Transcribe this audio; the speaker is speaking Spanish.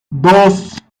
dos